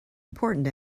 important